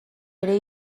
ere